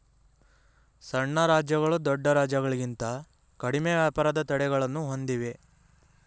ಸಣ್ಣ ರಾಜ್ಯಗಳು ದೊಡ್ಡ ರಾಜ್ಯಗಳಿಂತ ಕಡಿಮೆ ವ್ಯಾಪಾರದ ತಡೆಗಳನ್ನು ಹೊಂದಿವೆ